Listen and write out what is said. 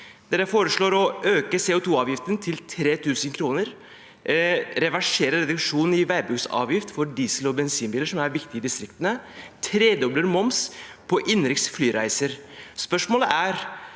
De foreslår å øke CO2-avgiften til 3 000 kr, reversere reduksjonen i veibruksavgift for diesel- og bensinbiler, som er viktige i distriktene, og å tredoble moms på innenriks flyreiser. Spørsmålet er: